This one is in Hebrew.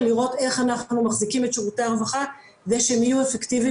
לראות איך אנחנו מחזיקים את שירותי הרווחה כדי שהם יהיו אפקטיביים